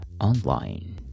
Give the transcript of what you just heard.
online